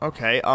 Okay